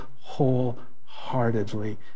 wholeheartedly